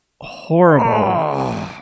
horrible